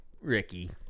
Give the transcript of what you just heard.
Ricky